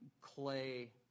clay